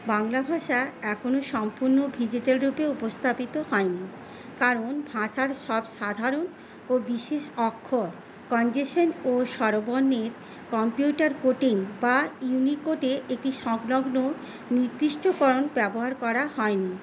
বাংলা ভাষা এখনও সম্পূর্ণ ডিজিটাল রূপে উপস্থাপিত হয়নি কারণ ভাষার সব সাধারণ ও বিশেষ অক্ষর কনজেশন ও স্বরবর্ণের কম্পিউটার কোডিং বা ইউনিকোডে এটি সংলগ্ন নির্দিষ্টকরণ ব্যবহার করা হয়নি